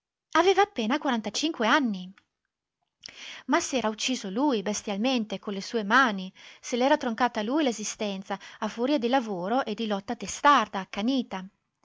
aveva appena quarantacinque anni ma s'era ucciso lui bestialmente con le sue mani se l'era troncata lui l'esistenza a furia di lavoro e di lotta testarda accanita